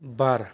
बार